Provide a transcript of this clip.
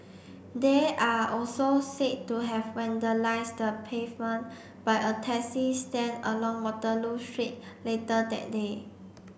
they are also said to have vandalised the pavement by a taxi stand along Waterloo Street later that day